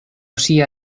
sia